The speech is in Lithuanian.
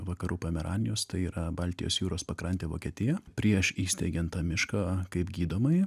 vakarų pomeranijos tai yra baltijos jūros pakrantė vokietija prieš įsteigian tą mišką kaip gydomąjį